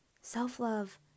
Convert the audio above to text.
Self-love